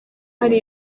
hari